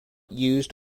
used